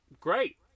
Great